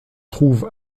trouve